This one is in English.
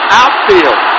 outfield